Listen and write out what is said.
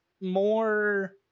more